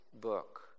book